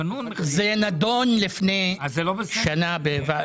זה נדון בוועדת הכלכלה לפני כשנה.